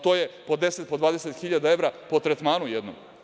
To je po 10, po 20 hiljada evra po tretmanu jednom.